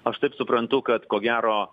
aš taip suprantu kad ko gero